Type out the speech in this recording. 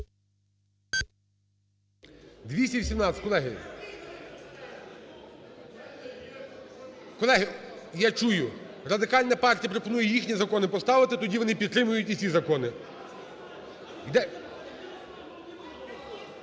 218. Колеги…Колеги, я чую. Радикальна партія пропонує їхні закони поставити, тоді вони підтримають і ці закони.